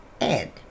add